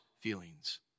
feelings